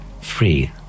free